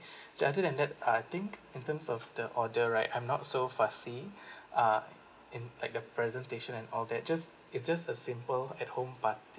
and other than that I think in terms of the order right I'm not so fussy uh in like the presentation and all that just it's just a simple at home party